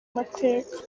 mateka